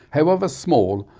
however small,